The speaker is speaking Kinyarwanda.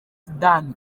soudan